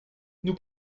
nous